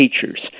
teachers